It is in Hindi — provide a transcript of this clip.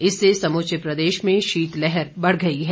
इससे समूचे प्रदेश में शीतलहर बढ़ गई है